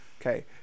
Okay